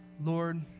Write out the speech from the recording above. Lord